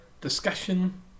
discussion